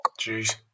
Jeez